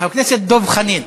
חבר הכנסת דב חנין.